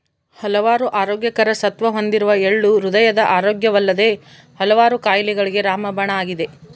ಹಲವಾರು ಆರೋಗ್ಯಕರ ಸತ್ವ ಹೊಂದಿರುವ ಎಳ್ಳು ಹೃದಯದ ಆರೋಗ್ಯವಲ್ಲದೆ ಹಲವಾರು ಕಾಯಿಲೆಗಳಿಗೆ ರಾಮಬಾಣ ಆಗಿದೆ